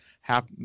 half